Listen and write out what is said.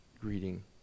greeting